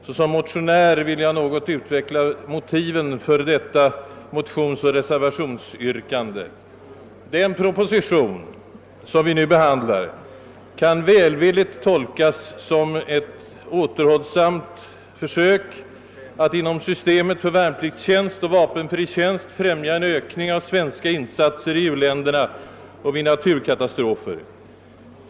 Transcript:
Såsom motionär vill jag något utveckla motiven för detta Den proposition som vi nu behandlar och föranlett motionerna kan välvilligt tolkas som ett återhållsamt försök att inom systemet för värnpliktstjänst och vapenfri tjänst främja en ökning av svenska insatser i u-länderna och vid naturkatastrofer.